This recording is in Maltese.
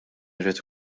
irid